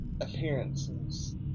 appearances